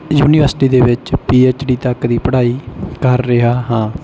university ਦੇ ਵਿੱਚ PhD ਤੱਕ ਦੀ ਪੜ੍ਹਾਈ ਕਰ ਰਿਹਾ ਹਾਂ